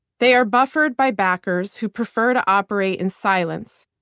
they are buffered by backers who prefer to operate in silence,